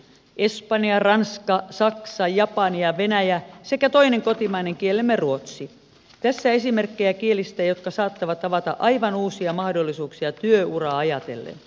espanja ranska saksa japani ja venäjä sekä toinen kotimainen kielemme ruotsi tässä esimerkkejä kielistä jotka saattavat avata aivan uusia mahdollisuuksia työuraa ajatellen